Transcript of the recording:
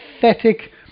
pathetic